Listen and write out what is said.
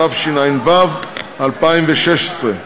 התשע"ו 2016,